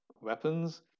weapons